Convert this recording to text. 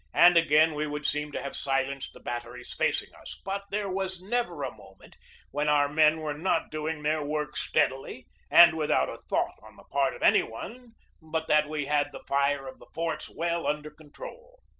and again we would seem to have silenced the batteries facing us. but there was never a moment when our men were not doing their work steadily and without a thought on the part of any one but that we had the fire of the forts well under control.